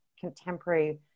contemporary